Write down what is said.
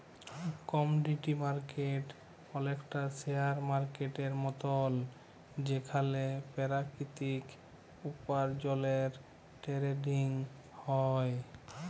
commodity market অলেকটা share মার্কেটের মতল যেখালে পেরাকিতিক উপার্জলের টেরেডিং হ্যয়